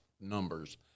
numbers